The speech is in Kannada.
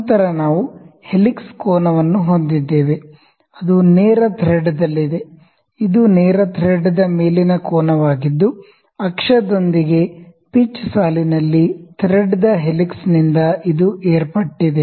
ನಂತರ ನಾವು ಹೆಲಿಕ್ಸ್ ಕೋನವನ್ನು ಹೊಂದಿದ್ದೇವೆ ಅದು ನೇರ ಥ್ರೆಡ್ ದಲ್ಲಿದೆ ಇದು ನೇರ ಥ್ರೆಡ್ ದ ಮೇಲಿನ ಕೋನವಾಗಿದ್ದು ಅಕ್ಷದೊಂದಿಗಿನ ಪಿಚ್ ಸಾಲಿನಲ್ಲಿ ಥ್ರೆಡ್ ದ ಹೆಲಿಕ್ಸ್ನಿಂದ ಇದು ಏರ್ಪಟ್ಟಿದೆ